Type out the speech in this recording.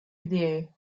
идеи